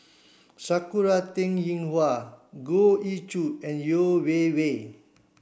Sakura Teng Ying Hua Goh Ee Choo and Yeo Wei Wei